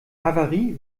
havarie